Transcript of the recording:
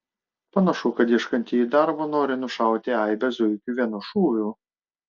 panašu kad ieškantieji darbo nori nušauti aibę zuikių vienu šūviu